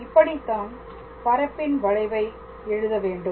இப்படித்தான் பரப்பின் வளைவை எழுதவேண்டும்